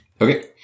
Okay